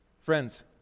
Friends